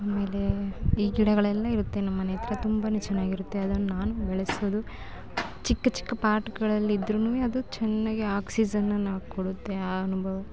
ಆಮೇಲೆ ಈ ಗಿಡಗಳೆಲ್ಲ ಇರುತ್ತೆ ನಮ್ಮನೆ ಹತ್ರ ತುಂಬನೇ ಚೆನ್ನಾಗಿರುತ್ತೆ ಅದನ್ನ ನಾನು ಬೆಳೆಸೋದು ಚಿಕ್ಕ ಚಿಕ್ಕ ಪಾಟ್ಗಳಲ್ಲಿದ್ರೂನು ಅದು ಚೆನ್ನಾಗಿ ಆಕ್ಸಿಝನ್ನ ನಾ ಕೊಡುತ್ತೆ ಆ ಅನುಭವ